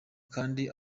kandi